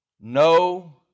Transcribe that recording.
No